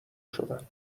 شدم